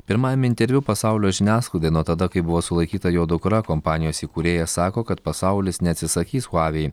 pirmajam interviu pasaulio žiniasklaidai nuo tada kai buvo sulaikyta jo dukra kompanijos įkūrėjas sako kad pasaulis neatsisakys huavei